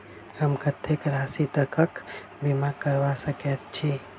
हम कत्तेक राशि तकक बीमा करबा सकैत छी?